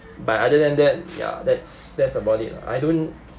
but other than that ya that's that's about it lah I don't